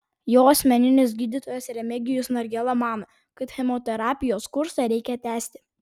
jo asmeninis gydytojas remigijus nargėla mano kad chemoterapijos kursą reikia tęsti